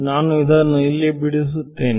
ನಾನು ಇದನ್ನು ಇಲ್ಲಿ ಬಿಡಿಸುತ್ತೇನೆ